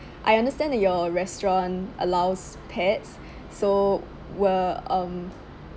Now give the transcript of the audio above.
I understand that your restaurant allows pets so were um